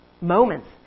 moments